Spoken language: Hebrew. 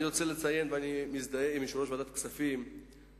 אני מזדהה עם יושב-ראש ועדת הכספים בדבריו